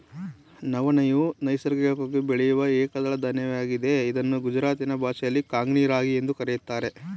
ನವಣೆಯು ನೈಸರ್ಗಿಕವಾಗಿ ಬೆಳೆಯೂ ಏಕದಳ ಧಾನ್ಯವಾಗಿದೆ ಇದನ್ನು ಗುಜರಾತಿ ಭಾಷೆಯಲ್ಲಿ ಕಾಂಗ್ನಿ ರಾಗಿ ಎಂದು ಕರಿತಾರೆ